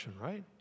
right